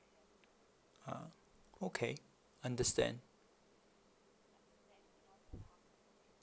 ah okay understand